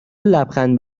لبخند